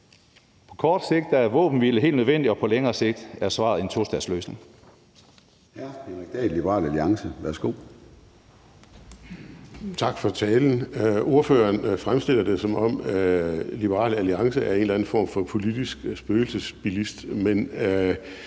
På kort sigt er våbenhvile helt nødvendig, og på længere sigt er svaret en tostatsløsning.